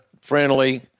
friendly